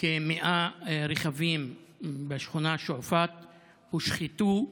כ-100 רכבים בשכונת שועפאט הושחתו,